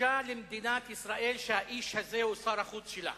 בושה למדינת ישראל שהאיש הזה הוא שר החוץ שלה.